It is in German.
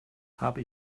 habe